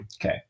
Okay